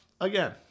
again